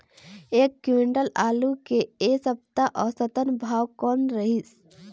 एक क्विंटल आलू के ऐ सप्ता औसतन भाव कौन रहिस?